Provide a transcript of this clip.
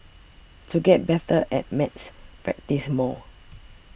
to get better at maths practise more